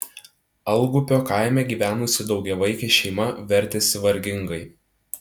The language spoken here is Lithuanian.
algupio kaime gyvenusi daugiavaikė šeima vertėsi vargingai